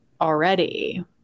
already